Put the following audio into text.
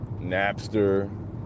Napster